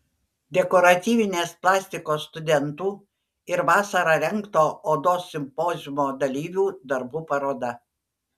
dekoratyvinės plastikos studentų ir vasarą rengto odos simpoziumo dalyvių darbų paroda